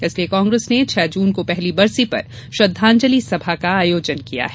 इसलिए कांग्रेस ने छह जून को पहली बरसी पर श्रद्वांजलि सभा का आयोजन किया है